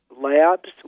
labs